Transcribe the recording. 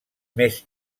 més